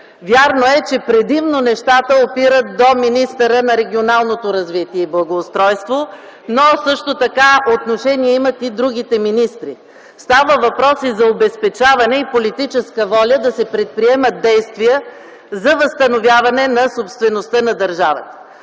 Вярно е, че предимно нещата опират до министъра на регионалното развитие и благоустройството, но също така отношение имат и другите министри. Става въпрос и за обезпечаване и политическа воля да се предприемат действия за възстановяване на собствеността на държавата.